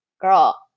girl